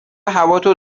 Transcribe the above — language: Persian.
هواتو